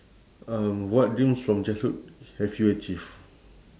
um what dreams from childhood have you achieve